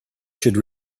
should